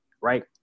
right